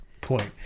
point